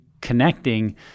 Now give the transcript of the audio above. connecting